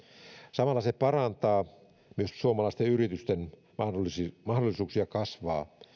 samalla se parantaa myös suomalaisten yritysten mahdollisuuksia kasvaa